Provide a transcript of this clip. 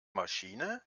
maschine